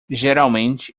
geralmente